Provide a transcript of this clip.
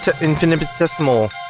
Infinitesimal